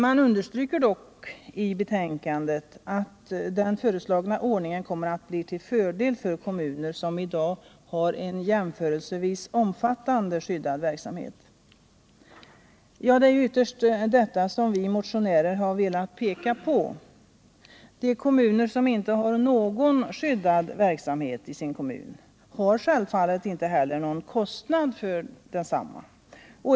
Man understryker dock i betänkandet att den föreslagna ordningen kommer att bli till fördel för kommuner som i dag har en jämförelsevis omfattande skyddad verksamhet. Det är ytterst detta som vi motionärer har velat peka på. De kommuner som inte har någon skyddad verksamhet har självfallet heller inte några kostnader för densamma.